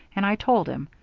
and i told him.